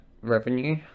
revenue